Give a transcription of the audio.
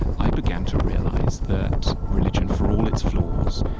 i began to realize that religion, for all its flaws,